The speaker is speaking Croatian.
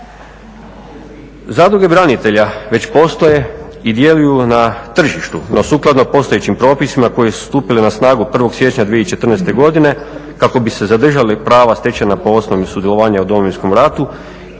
Zadruge branitelja već postoje i djeluju na tržištu, no sukladno postojećim propisima koji su stupili na snagu 1. siječnja 2014. godine kako bi se zadržali prava stečena po osnovi sudjelovanja u Domovinskom ratu,